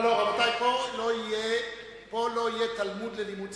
רבותי, פה לא יהיה תלמוד ללימוד צרפתית.